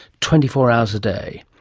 twenty four hours a day?